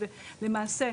ולמעשה,